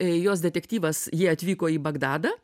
jos detektyvas jie atvyko į bagdadą